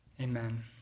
Amen